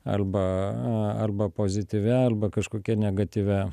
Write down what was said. arba arba pozityvia arba kažkokia negatyvia